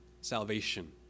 salvation